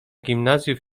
gimnazjów